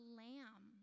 lamb